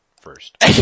first